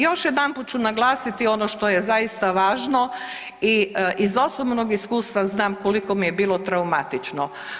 Još jedanput ću naglasiti ono što je zaista važno i iz osobnog iskustva znam koliko mi je bilo traumatično.